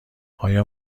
آیا